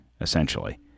essentially